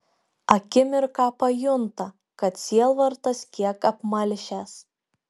akimirką pajunta kad sielvartas kiek apmalšęs